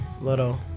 Little